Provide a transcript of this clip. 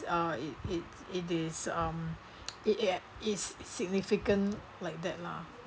uh it it it is um it is significant like that lah